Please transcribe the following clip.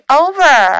over